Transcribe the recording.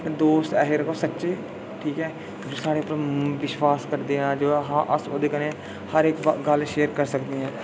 दोस्त ऐसे रक्खो सच्चे ठीक ऐ जो साढ़े पर विश्वास करदे जो अस ओह्दे कन्नै हर इक्क गल्ल शेयर करी सकदे आं